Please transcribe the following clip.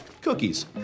Cookies